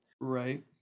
Right